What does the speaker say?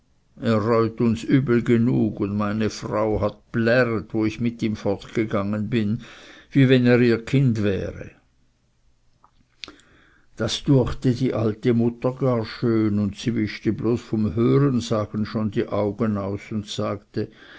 er reut uns übel genug und meine frau het pläret wo ich mit ihm fortgegangen bin wie wenn er ihr kind wäre das düechte die alte mutter gar schön und sie wischte bloß vom hörensagen schon die augen aus und sagte